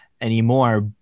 anymore